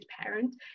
parent